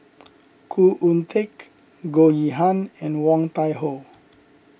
Khoo Oon Teik Goh Yihan and Woon Tai Ho